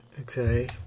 Okay